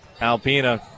Alpina